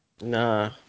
nah